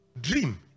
dream